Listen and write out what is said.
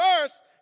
first